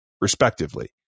respectively